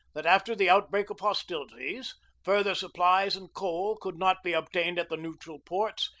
that after the outbreak of hostilities further supplies and coal could not be obtained at the neutral ports,